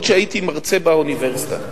עוד כשהייתי מרצה באוניברסיטה,